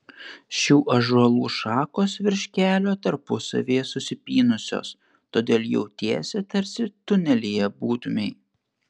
šių ąžuolų šakos virš kelio tarpusavyje susipynusios todėl jautiesi tarsi tunelyje būtumei